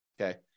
Okay